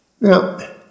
Now